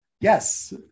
Yes